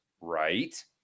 right